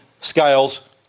scales